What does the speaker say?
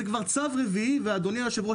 זה כבר צו רביעי ואדוני יושב הראש